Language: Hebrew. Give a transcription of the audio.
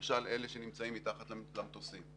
למשל אלה שנמצאים מתחת למטוסים,